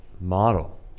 model